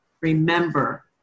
Remember